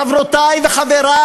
חברותי וחברי,